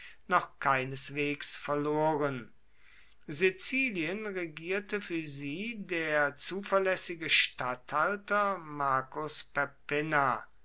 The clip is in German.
noch keineswegs verloren sizilien regierte für sie der zuverlässige statthalter marcus